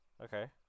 Okay